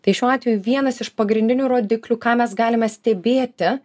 tai šiuo atveju vienas iš pagrindinių rodiklių ką mes galime stebėti